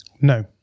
No